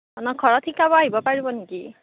মানে ঘৰত শিকাব আহিব পাৰিব নেকি